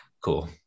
cool